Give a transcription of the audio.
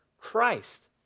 Christ